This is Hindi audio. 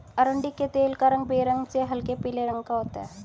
अरंडी के तेल का रंग बेरंग से हल्के पीले रंग का होता है